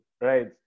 right